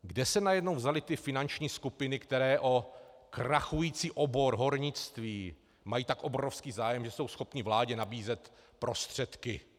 Kde se najednou vzaly ty finanční skupiny, které o krachující obor hornictví mají tak obrovský zájem, že jsou schopny vládě nabízet prostředky?